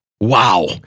Wow